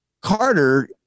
Carter